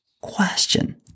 question